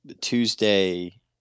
Tuesday